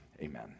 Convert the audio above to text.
amen